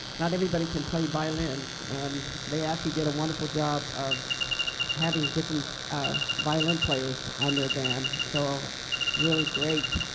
not everybody can play violins, and they actually did a wonderful job of having different violin players on their band so it's really great.